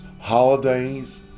holidays